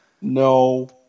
No